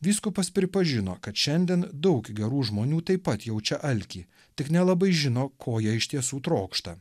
vyskupas pripažino kad šiandien daug gerų žmonių taip pat jaučia alkį tik nelabai žino ko jie iš tiesų trokšta